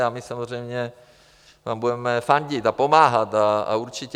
A my samozřejmě vám budeme fandit a pomáhat a určitě.